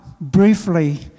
Briefly